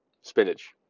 spinach